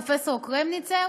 פרופסור קרמניצר,